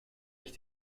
ich